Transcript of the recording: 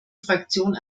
fraktion